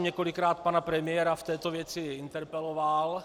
Několikrát jsem pana premiéra v této věci interpeloval.